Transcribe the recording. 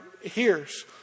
hears